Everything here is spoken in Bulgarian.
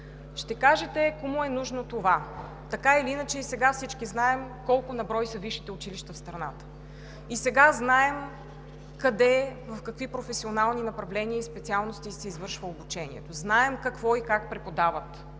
Ще кажете: кому е нужно това? Така или иначе и сега всички знаем колко на брой са висшите училища в страната, и сега знаем къде, в какви професионални направления и специалности се извършва обучението. Знаем какво и как преподават